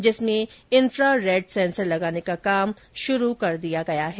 जिसमें infrared sensor लगाने का काम शुरू किया गया है